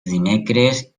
dimecres